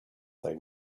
they